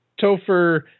Topher